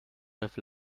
have